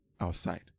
outside